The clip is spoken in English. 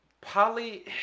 Poly